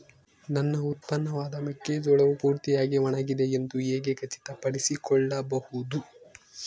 ನನ್ನ ಉತ್ಪನ್ನವಾದ ಮೆಕ್ಕೆಜೋಳವು ಪೂರ್ತಿಯಾಗಿ ಒಣಗಿದೆ ಎಂದು ಹೇಗೆ ಖಚಿತಪಡಿಸಿಕೊಳ್ಳಬಹುದು?